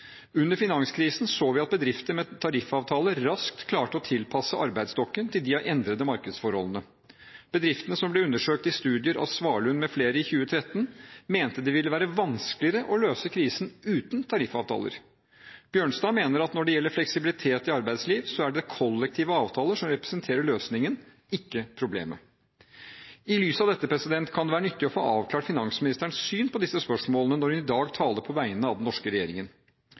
finanskrisen så vi at bedrifter med tariffavtaler raskt klarte å tilpasse arbeidsstokken til de endrede markedsforholdene, jf. Svalund m.fl. . Bedriftene som ble undersøkt i disse studiene mente det ville være vanskeligere å løse krisen uten tariffavtaler.» Bjørnstad mener at når det gjelder fleksibilitet i arbeidslivet, er det kollektive avtaler som representerer løsningen, ikke problemet. I lys av dette kan det være nyttig å få avklart finansministerens syn på disse spørsmålene når hun i dag taler på vegne av den norske regjeringen.